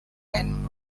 and